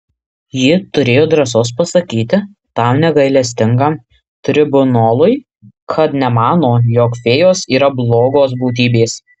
ji turėjo drąsos pasakyti tam negailestingam tribunolui kad nemano jog fėjos yra blogos būtybės